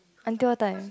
until what time